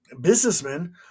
businessmen